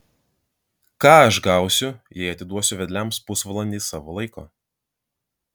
ką aš gausiu jei atiduosiu vedliams pusvalandį savo laiko